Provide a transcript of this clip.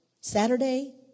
Saturday